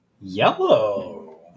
Yellow